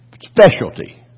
specialty